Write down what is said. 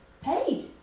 paid